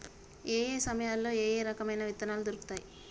ఏయే సమయాల్లో ఏయే రకమైన విత్తనాలు దొరుకుతాయి?